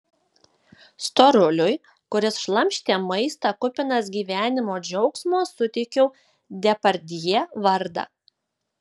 storuliui kuris šlamštė maistą kupinas gyvenimo džiaugsmo suteikiau depardjė vardą